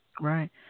Right